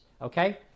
okay